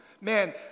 Man